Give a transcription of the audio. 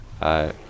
Hi